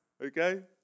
okay